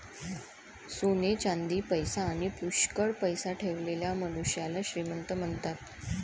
सोने चांदी, पैसा आणी पुष्कळ पैसा ठेवलेल्या मनुष्याला श्रीमंत म्हणतात